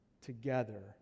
together